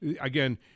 again